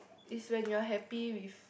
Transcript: is when you're happy with